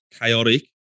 chaotic